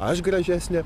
aš gražesnė